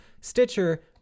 Stitcher